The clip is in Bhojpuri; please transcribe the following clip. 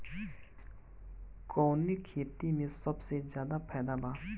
कवने खेती में सबसे ज्यादा फायदा बा?